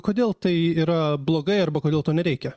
kodėl tai yra blogai arba kodėl to nereikia